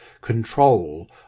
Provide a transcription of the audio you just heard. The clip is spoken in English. control